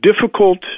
difficult